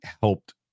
helped